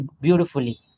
beautifully